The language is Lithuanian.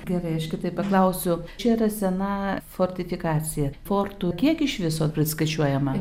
gerai aš kitaip paklausiu čia sena fortifikacija fortų kiek iš viso priskaičiuojama